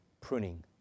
pruning